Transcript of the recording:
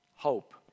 hope